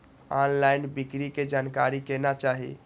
Online बिक्री के जानकारी केना चाही?